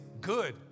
good